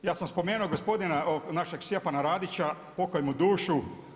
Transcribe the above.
Ja sam spomenuo gospodina našeg Stjepana Radića pokoj mu dušu.